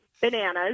bananas